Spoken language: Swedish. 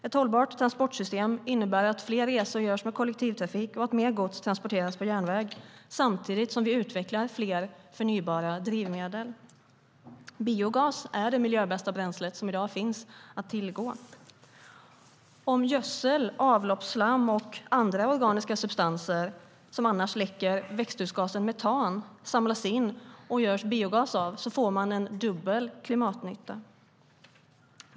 Ett hållbart transportsystem innebär att fler resor görs med kollektivtrafik och att mer gods transporteras på järnväg, samtidigt som vi utvecklar fler förnybara drivmedel. Biogas är det miljöbästa bränslet som i dag finns att tillgå. Om gödsel, avloppsslam och andra organiska substanser som annars läcker växthusgasen metan samlas in och görs till biogas får man dubbel klimatnytta.